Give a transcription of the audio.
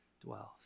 dwells